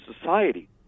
society